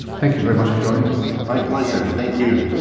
thank you very much for joining us. my pleasure, thank you.